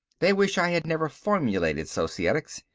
they wish i had never formulated societics,